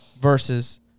versus